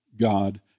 God